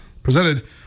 presented